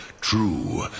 True